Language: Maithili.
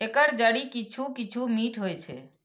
एकर जड़ि किछु किछु मीठ होइ छै